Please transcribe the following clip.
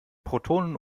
protonen